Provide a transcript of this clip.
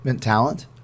talent